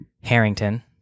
Harrington